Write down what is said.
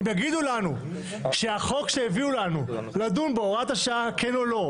אם יגידו לנו שהחוק שהביאו לנו לדון בו הוראת השעה כן או לא,